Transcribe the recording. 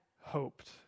hoped